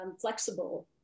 flexible